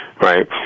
right